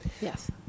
Yes